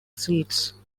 seats